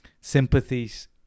sympathies